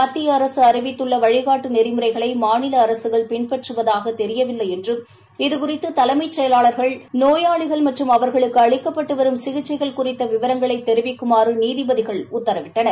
மத்திய அரசு அறிவித்துள்ள வழிகாட்டு நெறிமுறைகளை மாநில அரசுகள் பின்பற்றுவதாக தெரியவில்லை என்றும் இது குறித்து தலைமைச் செயலாளர்கள் நோயாளிகள் மற்றும் அவர்களுக்கு அளிக்கப்பட்டு வரும் சிகிச்சைகள் குறித்த விவரங்களை தெரிவிக்குமாறு நீதிபதிகள் உத்தரவிட்டனர்